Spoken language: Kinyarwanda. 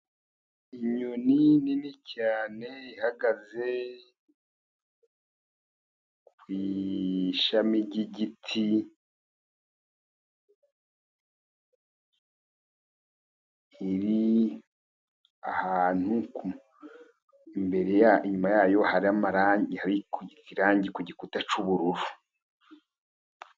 inyoni nini cyane ihagaze ku Ishami ry'igiti, ahantu imbere yayo hari amarangi irangi ku gikuta cy'ubururu.